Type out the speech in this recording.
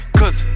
cause